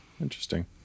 interesting